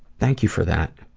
thank you for that.